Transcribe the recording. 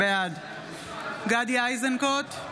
בעד גדי איזנקוט,